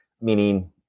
meaning